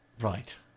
Right